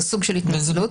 זה סוג של התנצלות.